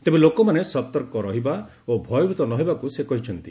ତେବେ ଲୋକମାନେ ସତର୍କ ରହିବା ଓ ଭୟଭୀତ ନ ହେବାକୁ ସେ କହିଛନ୍ତି